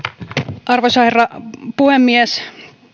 arvoisa herra puhemies